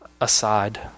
aside